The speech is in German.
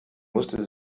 musste